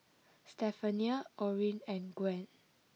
Stephania Orin and Gwen